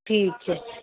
ठीक है